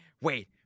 wait